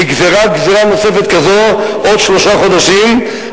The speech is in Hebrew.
נגזרה גזירה נוספת כזאת לעוד שלושה חודשים,